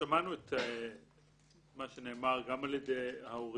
שמענו את מה שנאמר גם על ידי ההורים,